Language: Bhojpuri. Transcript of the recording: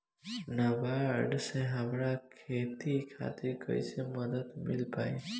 नाबार्ड से हमरा खेती खातिर कैसे मदद मिल पायी?